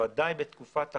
בוודאי בתקופת הקורונה,